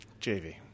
JV